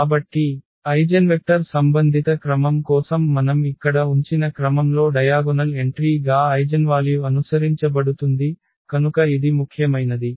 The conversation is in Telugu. కాబట్టి ఐగెన్వెక్టర్ సంబంధిత క్రమం కోసం మనం ఇక్కడ ఉంచిన క్రమంలో డయాగొనల్ ఎంట్రీ గా ఐగెన్వాల్యు అనుసరించబడుతుంది కనుక ఇది ముఖ్యమైనది